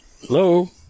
Hello